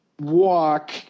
walk